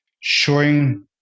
showing